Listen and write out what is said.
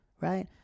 Right